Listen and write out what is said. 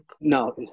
no